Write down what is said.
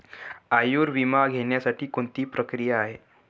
आयुर्विमा घेण्यासाठी कोणती प्रक्रिया आहे?